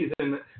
season